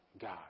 God